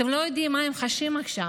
אתם לא יודעים מה הם חשים עכשיו.